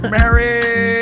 Mary